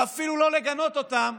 אפילו לא לגנות אותם,